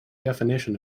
definition